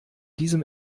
diesem